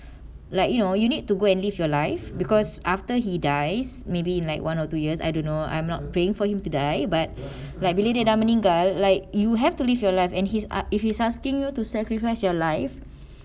like you know you need to go and live your life because after he dies maybe in like one or two years I don't know I'm not praying for him to die but like bila dia dah meninggal like you have to live your life and his ah if he's asking you to sacrifice your life